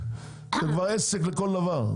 זה כבר עסק לכל דבר,